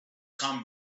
come